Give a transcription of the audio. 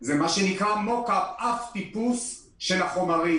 זה מה שנקרא mock up, אבטיפוס של החומרים.